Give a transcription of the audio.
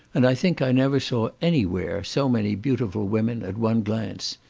and i think i never saw any where so many beautiful women at one glance.